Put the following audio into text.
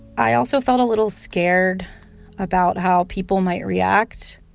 i also felt a little scared about how people might react.